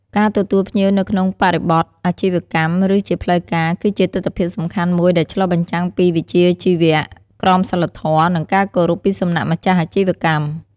ការទទួលភ្ញៀវនៅក្នុងបរិបទអាជីវកម្ម ឬជាផ្លូវការ គឺជាទិដ្ឋភាពសំខាន់មួយដែលឆ្លុះបញ្ចាំងពីវិជ្ជាជីវៈ ក្រមសីលធម៌ និងការគោរពពីសំណាក់ម្ចាស់អាជីវកម្ម។